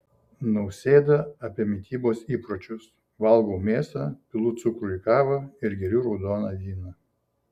nausėda apie mitybos įpročius valgau mėsą pilu cukrų į kavą ir geriu raudoną vyną